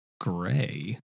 gray